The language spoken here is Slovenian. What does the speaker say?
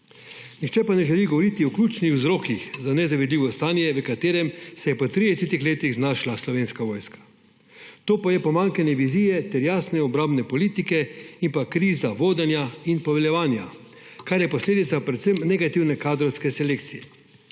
pa ne želi govoriti o ključnih vzrokih za nezavidljivo stanje, v katerem se je po 30 letih znašla Slovenska vojska, to pa je pomanjkanje vizije ter jasne obrambne politike in kriza vodenja in poveljevanja, kar je posledica predvsem negativne kadrovske selekcije.